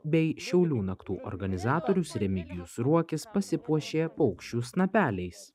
bei šiaulių naktų organizatorius remigijus ruokis pasipuošė paukščių snapeliais